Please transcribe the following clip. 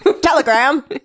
Telegram